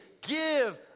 give